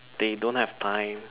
they don't have time